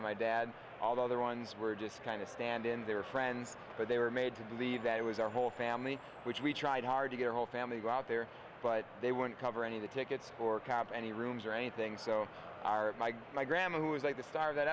and my dad all the other ones were just kind of stand in their friends but they were made to believe that it was our whole family which we tried hard to get whole families out there but they wouldn't cover any of the tickets or kept any rooms or anything so our my grandma who was like the star of that